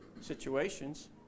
situations